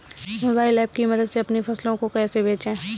Mobile app की मदद से अपनी फसलों को कैसे बेचें?